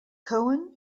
cohen